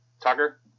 tucker